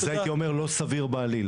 על זה הייתי אומר לא סביר בעליל.